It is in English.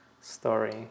story